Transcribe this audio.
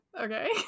okay